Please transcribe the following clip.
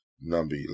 number